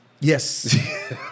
Yes